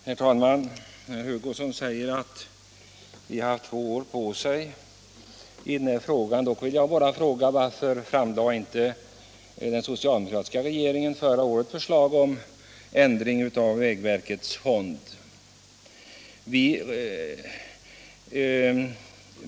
Herr talman! Herr Hugosson säger att vi har haft två år på oss sedan budgetutredningens förslag lades fram. Varför framlade då inte den socialdemokratiska regeringen förra året förslag om ändring av vägverkets fond?